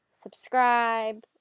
subscribe